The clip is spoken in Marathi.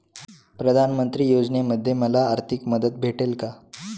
प्रधानमंत्री योजनेमध्ये मला आर्थिक मदत भेटेल का?